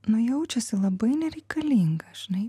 nu jaučiasi labai nereikalinga žinai